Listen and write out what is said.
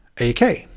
AK